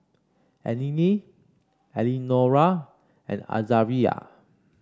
Eleni Eleonora and Azaria